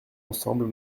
ensemble